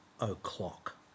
o'clock